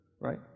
right